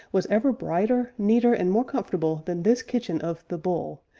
was ever brighter, neater, and more comfortable than this kitchen of the bull,